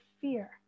fear